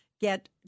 get